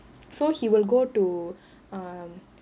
so he'll go to err